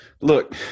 look